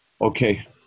Okay